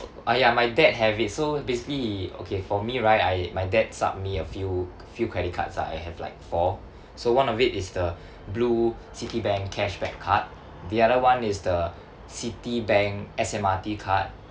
ah ya my dad have it so basically he okay for me right I my dad supp me a few few credit cards ah I have like four so one of it is the blue Citibank cashback card the other one is the Citibank S_M_R_T card